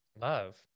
Love